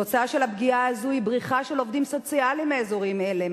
התוצאה של הפגיעה הזאת היא בריחה של עובדים סוציאליים מהאזורים האלה,